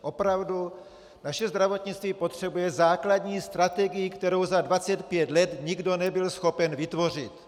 Opravdu naše zdravotnictví potřebuje základní strategii, kterou za 25 let nikdo nebyl schopen vytvořit.